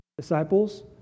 disciples